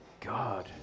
God